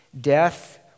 death